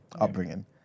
upbringing